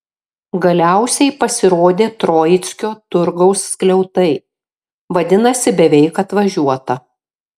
galiausiai pasirodė troickio turgaus skliautai vadinasi beveik atvažiuota